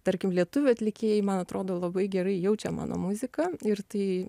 tarkim lietuvių atlikėjai man atrodo labai gerai jaučia mano muziką ir tai